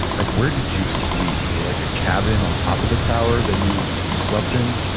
like where did you sleep? is there like a cabin on top of the tower that you you slept in?